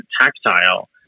tactile